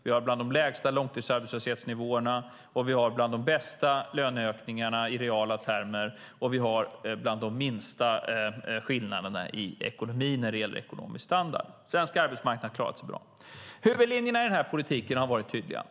Vi har bland de lägsta långtidsarbetslöshetsnivåerna, vi har bland de bästa löneökningarna i reala termer och vi har bland de minsta skillnaderna i ekonomi när det gäller ekonomisk standard. Svensk arbetsmarknad har klarat sig bra. Huvudlinjerna i den här politiken har varit tydliga.